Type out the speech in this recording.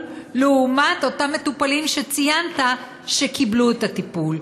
לעומת אותם מטופלים שציינת שקיבלו את הטיפול,